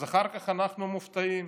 אחר כך אנחנו מופתעים